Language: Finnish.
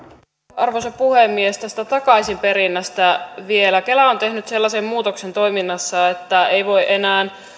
arvoisa puhemies tästä takaisinperinnästä vielä kela on tehnyt sellaisen muutoksen toiminnassaan että enää ei voi